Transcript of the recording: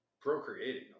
Procreating